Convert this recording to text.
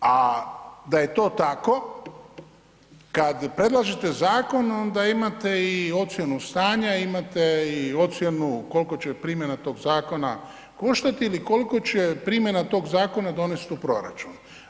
A da je to tako kad predlažete zakon, onda imate i ocjenu stanja, imate i ocjenu koliko će primjena tog zakona koštati il koliko će primjena tog zakona donest u proračun.